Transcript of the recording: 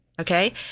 okay